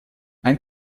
ein